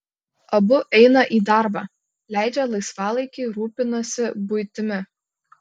abu eina į darbą leidžia laisvalaikį rūpinasi buitimi